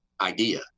idea